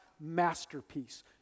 masterpiece